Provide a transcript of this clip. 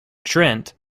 trent